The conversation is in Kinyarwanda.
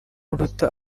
uruta